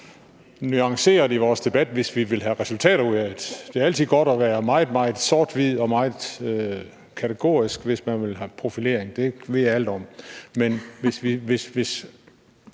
nuancerede i vores debat, hvis vi vil have resultater ud af det. Det er altid godt at være meget, meget sort-hvid og meget kategorisk, hvis man vil have profilering; det ved jeg alt om. Men hvis Nye